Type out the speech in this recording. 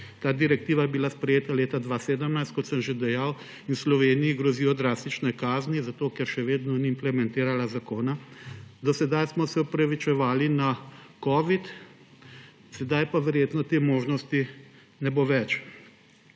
Ta direktiva je bila sprejeta leta 2017, kot sem že dejal, in Sloveniji grozijo drastične kazni, ker še vedno ni implementirala zakona. Do sedaj smo se opravičevali na covid-19, sedaj pa verjetno te možnosti ne bo več.